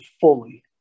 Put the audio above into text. fully